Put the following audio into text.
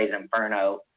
Inferno